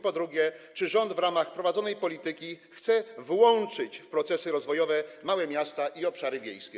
Po drugie, czy rząd w ramach prowadzonej polityki chce włączyć w procesy rozwojowe małe miasta i obszary wiejskie?